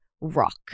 rock